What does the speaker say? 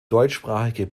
deutschsprachige